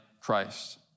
Christ